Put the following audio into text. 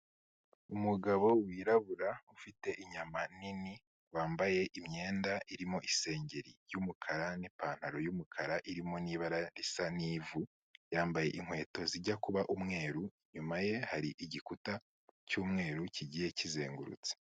Umugabo wirabura ufite inyama nini, wambaye imyenda irimo isengeri y'umukara n'ipantaro y'umukara irimo n'ibara risa n'ivu. Yambaye inkweto zijya kuba umweru, inyuma ye hari igikuta cy'umweru kigiye kizengurutse.